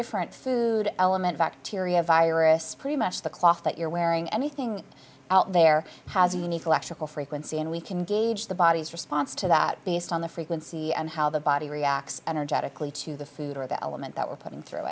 different food element bacteria virus pretty much the cloth that you're wearing anything out there has a unique collection or frequency and we can gauge the body's response to that based on the frequency and how the body reacts energetically to the food or the element that we're putting through